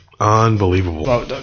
Unbelievable